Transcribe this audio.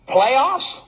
Playoffs